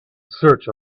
search